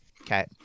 okay